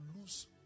lose